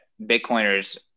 Bitcoiners